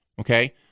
Okay